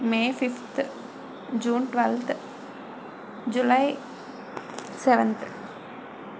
May fifth June twelfth July seventh